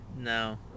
No